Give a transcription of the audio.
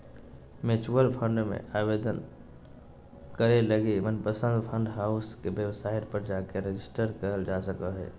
mutual fund मे आवेदन करे लगी मनपसंद फंड हाउस के वेबसाइट पर जाके रेजिस्टर करल जा सको हय